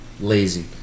Lazy